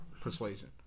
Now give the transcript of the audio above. persuasion